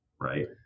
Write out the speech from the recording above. Right